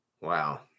Wow